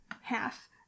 half